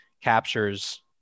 captures